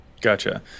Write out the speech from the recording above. gotcha